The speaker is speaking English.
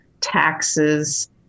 taxes